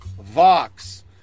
Vox